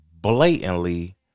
blatantly